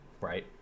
right